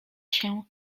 się